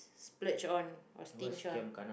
splash on or sting on